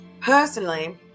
personally